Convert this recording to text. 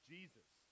Jesus